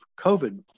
COVID